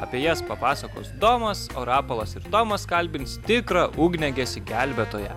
apie jas papasakos domas o rapolas ir tomas kalbins tikrą ugniagesį gelbėtoją